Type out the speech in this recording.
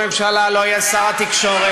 אדוני ראש הממשלה,